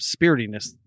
spiritiness